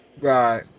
Right